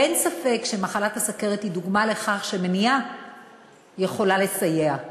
אין ספק שמחלת הסוכרת היא דוגמה לכך שמניעה יכולה לסייע.